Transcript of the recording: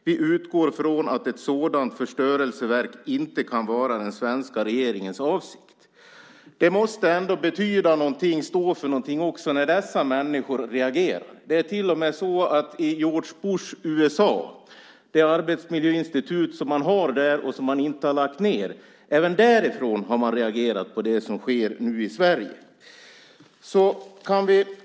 Vi utgår från att ett sådant förstörelseverk inte kan vara den svenska regeringens avsikt." Det måste ändå betyda någonting och stå för någonting när dessa människor reagerar. Det är till och med så att i George Bushs USA, med det arbetslivsinstitut som de har där och som inte har lagts ned, har man reagerat på det som nu sker i Sverige.